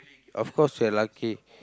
of course we're lucky